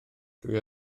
dwi